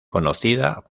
conocida